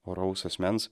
oraus asmens